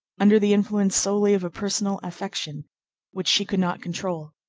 under the influence solely of a personal affection which she could not control.